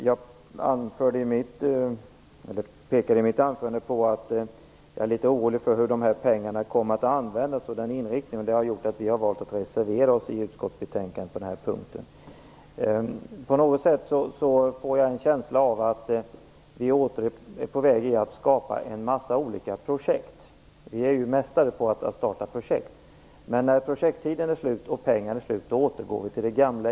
Jag sade i mitt anförande att jag är litet orolig för hur de pengarna kommer att användas, och vi har därför valt att reservera oss på den punkten i utskottsbetänkandet. Jag får en känsla av att vi återigen är på väg att skapa en massa olika projekt. Vi är ju mästare på att starta projekt, men när projekttiden och pengarna är slut återgår vi till det gamla.